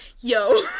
yo